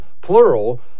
plural